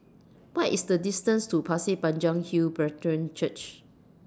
What IS The distance to Pasir Panjang Hill Brethren Church